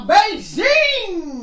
Beijing